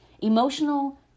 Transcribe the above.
emotional